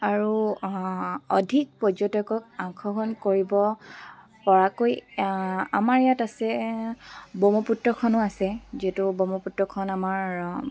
আৰু অধিক পৰ্যটকক আকৰ্ষণ কৰিব পৰাকৈ আমাৰ ইয়াত আছে ব্ৰহ্মপুত্ৰখনো আছে যিহেতু ব্ৰহ্মপুত্ৰখন আমাৰ